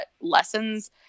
lessons